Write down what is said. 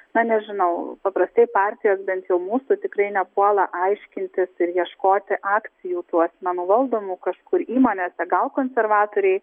na nežinau paprastai partijos bent jau mūsų tikrai nepuola aiškintis ir ieškoti akcijų tų asmenų valdomų kažkur įmonėse gal konservatoriai